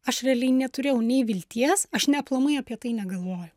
aš realiai neturėjau nei vilties aš nė aplamai apie tai negalvojau